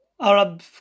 Arab